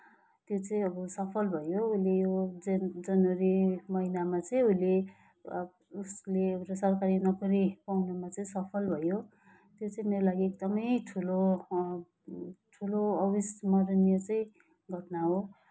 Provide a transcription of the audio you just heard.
त्यो चाहिँ अब सफल भयो उसले यो जेन जनवरी महिनामा चाहिँ उसले उसले सरकारी नोकरी पाउनमा चाहिँ सफल भयो त्यो चाहिँ मेरो लागि एकदमै ठुलो ठुलो अविस्मरणीय चाहिँ घटना हो